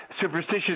superstitious